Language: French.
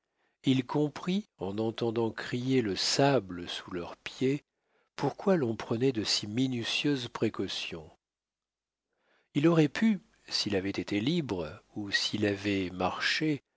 il comprit en entendant crier le sable sous leurs pieds pourquoi l'on prenait de si minutieuses précautions il aurait pu s'il avait été libre ou s'il avait marché